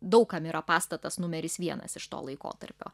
daug kam yra pastatas numeris vienas iš to laikotarpio